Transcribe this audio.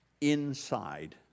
inside